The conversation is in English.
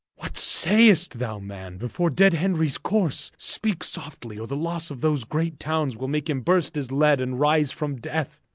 what say'st thou man, before dead henry's coarse? speake softly, or the losse of those great townes will make him burst his lead, and rise from death